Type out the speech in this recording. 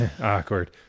awkward